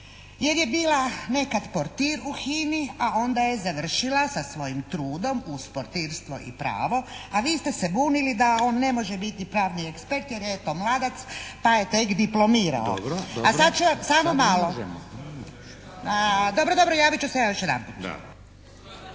jer je nekad bila portir u HINA-i a onda je završila sa svojim trudom uz portirstvo i pravo a vi ste se bunili da on ne može biti pravni ekspert jer je eto mladac pa je tek diplomirao. **Šeks, Vladimir (HDZ)** Dobro. **Martinčević, Jagoda Majska